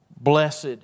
Blessed